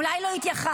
אולי לא התייחסתם,